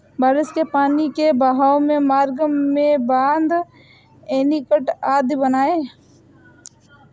बारिश के पानी के बहाव के मार्ग में बाँध, एनीकट आदि बनाए